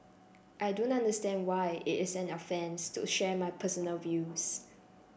I do not understand why it is an offence to share my personal views